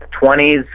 20s